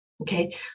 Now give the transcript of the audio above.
Okay